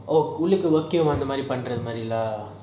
oh உள்ளாகி:ullaiki work eh அந்த மாறி பண்றது:antha maari panrathu lah